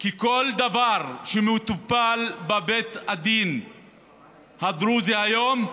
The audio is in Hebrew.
כי כל דבר שמטופל בבית הדין הדרוזי היום,